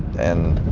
and